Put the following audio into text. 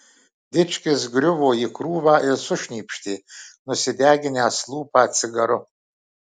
dičkis griuvo į krūvą ir sušnypštė nusideginęs lūpą cigaru